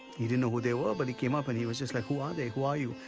he didn't know who they were but he came up and he was just like, who are they, who are you?